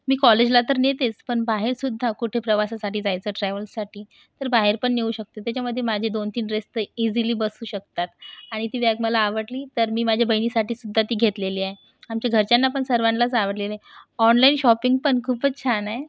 मी कॉलेजला तर नेतेच पण बाहेरसुद्धा कुठे प्रवासासाठी जायचं ट्रॅवल्ससाठी तर बाहेर पण नेऊ शकते त्याच्यामध्ये माझे दोन तीन ड्रेस तर इझीली बसू शकतात आणि ती बॅग मला आवडली तर मी माझ्या बहिणीसाठीसुद्धा ती घेतलेली आहे आमच्या घरच्यांना पण सर्वांनाच आवडलेली आहे ऑनलाइन शॉपिंग पण खूपच छान आहे